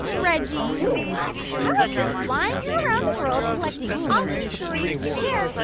reggie your what? i was just flying him around the world, collecting awesome stories to share.